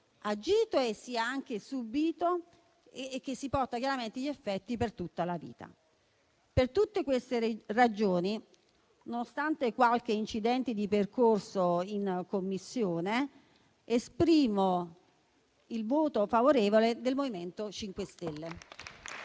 agito, sia anche subito, i cui effetti si portano per tutta la vita. Per tutte queste ragioni, nonostante qualche incidente di percorso in Commissione, esprimo il voto favorevole del MoVimento 5 Stelle.